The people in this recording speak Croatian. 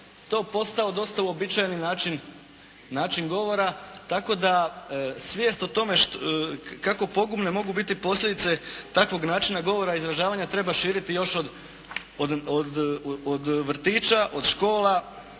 to postao dosta uobičajeni način govora, tako da svijest o tome kako pogubne mogu biti posljedice takvog načina govora i izražavanja treba širiti još od vrtića, od škola,